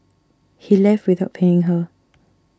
he left without paying her